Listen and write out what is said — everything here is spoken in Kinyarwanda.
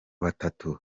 batatu